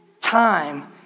time